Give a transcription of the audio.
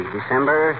December